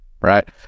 right